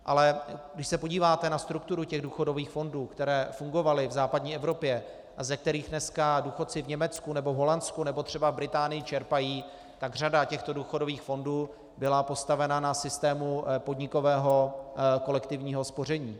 Ale když se podíváte na strukturu důchodových fondů, které fungovaly v západní Evropě a ze kterých dneska důchodci v Německu nebo Holandsku a nebo třeba v Británii čerpají, tak řada těchto důchodových fondů byla postavena na systému podnikového kolektivního spoření.